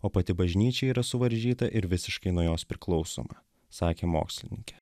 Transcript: o pati bažnyčia yra suvaržyta ir visiškai nuo jos priklausoma sakė mokslininkė